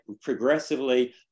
progressively